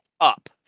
up